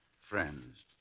Friends